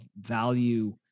value